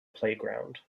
playground